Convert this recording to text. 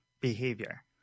behavior